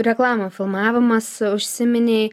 reklamų filmavimas užsiminei